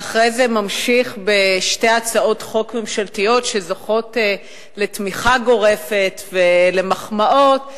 ואחרי זה ממשיך בשתי הצעות חוק ממשלתיות שזוכות לתמיכה גורפת ולמחמאות,